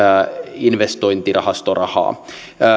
investointirahastorahaa